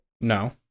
No